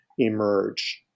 emerge